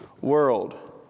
world